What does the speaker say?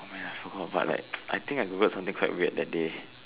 may I forgot but like I think I Googled something quite weird that day